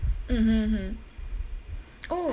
mmhmm hmm oh